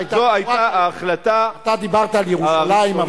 אתה דיברת על ירושלים,